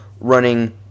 running